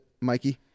Mikey